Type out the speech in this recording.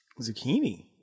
Zucchini